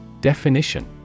Definition